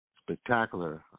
spectacular